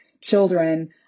children